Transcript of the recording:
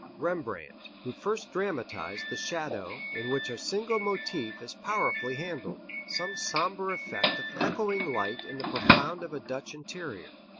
rembrandt who first dramatized the shadow in which a single motif is powerfully handled some sombre effect of echoing light in the profound of a dutch interior.